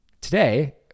Today